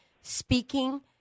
speaking